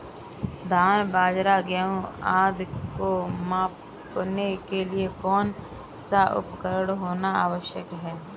धान बाजरा गेहूँ आदि को मापने के लिए कौन सा उपकरण होना आवश्यक है?